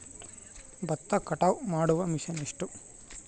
ಭತ್ತ ಕಟಾವು ಮಾಡುವ ಮಿಷನ್ ಬೆಲೆ ಎಷ್ಟು?